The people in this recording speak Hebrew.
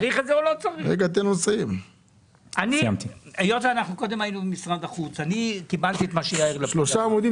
צריך לתרגם את זה לרוסית - זה צריך להיות בבסיס התקציב.